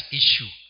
issue